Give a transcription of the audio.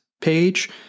page